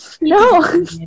No